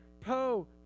Poe